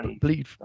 bleed